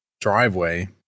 driveway